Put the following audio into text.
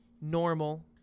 normal